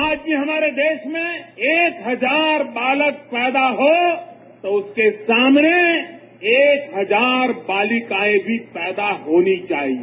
आज भी हमारे देश में एक हजार बालक पैदा हो तो उसके सामने एक हजार बालिकाएं भी पैदा होनी चाहिए